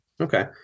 Okay